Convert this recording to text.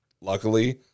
luckily